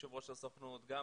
יושב ראש הסוכנות היהודית,